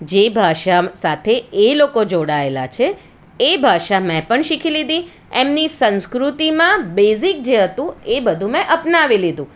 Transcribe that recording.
જે ભાષા સાથે એ લોકો જોડાએલા છે એ ભાષા મેં પણ શીખી લીધી એમની સંસ્કૃતિમાં બેઝિક જે હતું એ બધું મેં અપનાવી લીધું